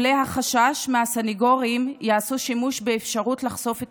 עולה החשש שמא הסנגורים יעשו שימוש באפשרות לחשוף את